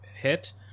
hit